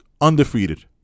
Undefeated